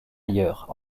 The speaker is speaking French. ailleurs